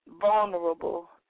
vulnerable